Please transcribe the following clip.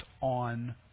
on